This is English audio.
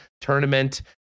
tournament